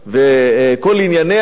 וכל ענייניה,